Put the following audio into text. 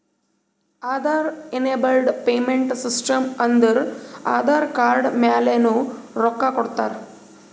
Aadhaar enabled payment system ಅಂದುರ್ Aadhaar card ಮ್ಯಾಲನು ರೊಕ್ಕಾ ಕೊಡ್ತಾರ